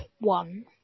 one